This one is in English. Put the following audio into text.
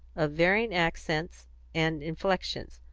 of varying accents and inflections,